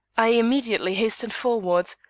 i immediately hastened forward.